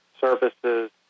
services